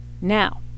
Now